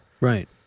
Right